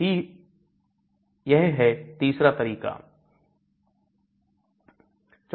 यह तीसरा तरीका है